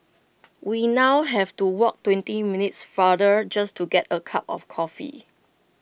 we now have to walk twenty minutes farther just to get A cup of coffee